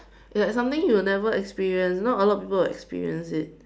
like something you will never experience not a lot of people will experience it